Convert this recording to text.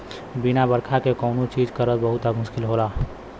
बिना बरखा क कौनो चीज करल बहुत मुस्किल होला